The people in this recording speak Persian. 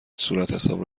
صورتحساب